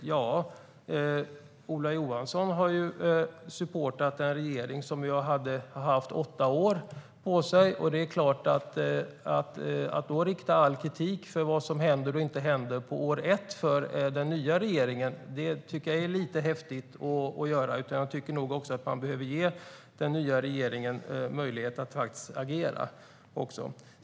Ola Johansson har ju supportat en regering som hade åtta år på sig. Att då rikta all kritik för allt som händer och inte händer under år ett för den nya regeringen är lite häftigt, tycker jag. Man borde ge den nya regeringen möjlighet att agera.